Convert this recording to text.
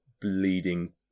bleeding